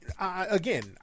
again